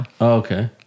okay